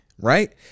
right